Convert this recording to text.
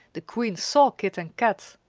the queen saw kit and kat!